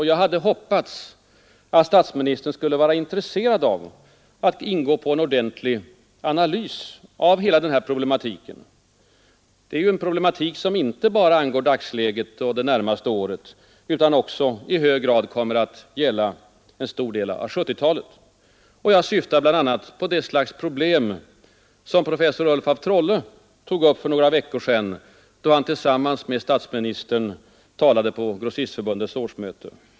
Jag hade hoppats att statsministern skulle vara intresserad av att ingå på en ordentlig analys av hela denna problematik, en problematik som inte bara angår dagsläget och det närmaste året utan också i hög grad kommer att gälla en stor del av 1970-talet. Jag syftar bl.a. på det slags problem som professor Ulf af Trolle tog upp för några veckor sedan, då han tillsammans med statsministern talade på Grossistförbundets årsmöte.